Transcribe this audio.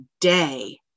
day